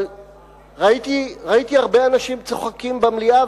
אבל ראיתי הרבה אנשים צוחקים במליאה,